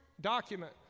document